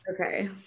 Okay